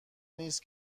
نیست